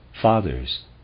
Fathers